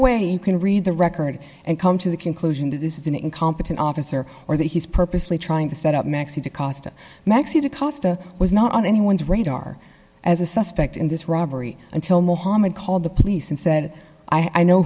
way you can read the record and come to the conclusion that this is an incompetent officer or that he's purposely trying to set up next to costa maxie to costa was not on anyone's radar as a suspect in this robbery until mohamed called the police and said i know